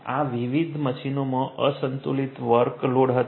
આ વિવિધ મશીનોમાં અસંતુલિત વર્ક લોડ હતા